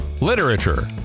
literature